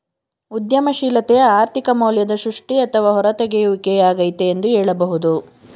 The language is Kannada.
ಉದ್ಯಮಶೀಲತೆ ಆರ್ಥಿಕ ಮೌಲ್ಯದ ಸೃಷ್ಟಿ ಅಥವಾ ಹೂರತೆಗೆಯುವಿಕೆ ಯಾಗೈತೆ ಎಂದು ಹೇಳಬಹುದು